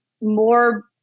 more